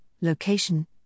location